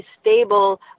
stable